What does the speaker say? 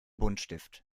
buntstift